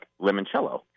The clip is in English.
limoncello